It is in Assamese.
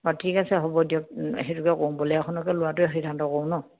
বাৰু ঠিক আছে হ'ব দিয়ক সেইটোকে কৰোঁ ব'লেৰুা এখনকে লোৱাটোৱে সিদ্ধান্ত কৰোঁ ন